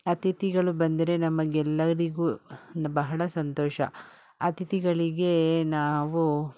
ಅತಿಥಿಗಳು ಬಂದರೆ ನಮಗೆಲ್ಲರಿಗೂ ಬಹಳ ಸಂತೋಷ ಅತಿಥಿಗಳಿಗೆ ನಾವು